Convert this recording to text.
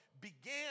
began